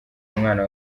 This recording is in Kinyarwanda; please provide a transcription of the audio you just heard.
umwana